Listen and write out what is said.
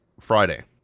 Friday